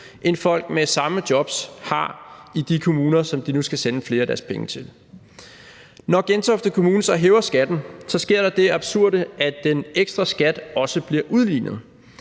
end folk med samme jobs har i de kommuner, som de nu skal sende flere af deres penge til. Når Gentofte Kommune så hæver skatten, sker der det absurde, at den ekstra skat også bliver udlignet.